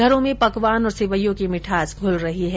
घरों में पकवान और सिवईयों की भिठास घुल रही है